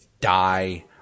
die